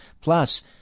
Plus